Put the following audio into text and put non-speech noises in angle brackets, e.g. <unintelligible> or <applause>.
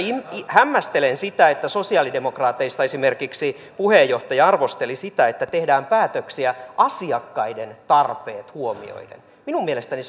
hämmästelen sitä että sosialidemokraateista esimerkiksi puheenjohtaja arvosteli sitä että tehdään päätöksiä asiakkaiden tarpeet huomioiden minun mielestäni <unintelligible>